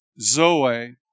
Zoe